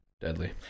Deadly